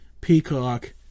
Peacock